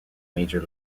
major